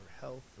health